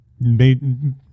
made